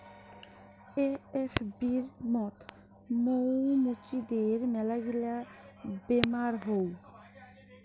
এ.এফ.বির মত মৌ মুচিদের মেলাগিলা বেমার হউ